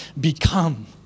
become